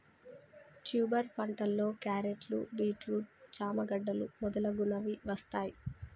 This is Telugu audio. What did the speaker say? ట్యూబర్ పంటలో క్యారెట్లు, బీట్రూట్, చామ గడ్డలు మొదలగునవి వస్తాయ్